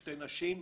שתי נשים.